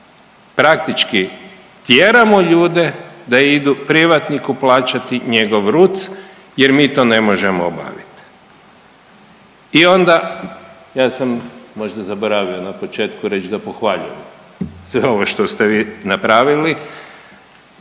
praktički tjeramo ljude da idu privatniku plaćati njegov .../Govornik se ne razumije./... jer mi to ne možemo obaviti i onda, ja sam možda zaboravio na početku reći da pohvaljujem sve ovo što ste vi napravili,